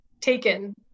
taken